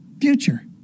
Future